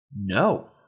No